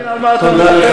תבין על מה אתה מדבר.